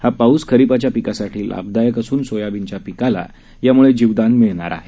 हा पाऊस खरीपाच्या पिकासाठी लाभदायक असून सोयाबीनच्या पिकाला जीवदान मिळणारआहे